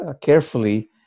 carefully